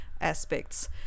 aspects